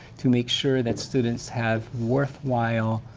to make sure that students have worthwhile